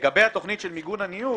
לגבי התוכנית של מיגון הניוד